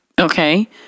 Okay